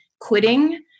quitting